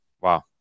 Wow